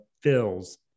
fills